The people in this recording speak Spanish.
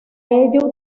ello